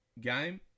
game